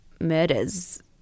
murders